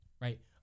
right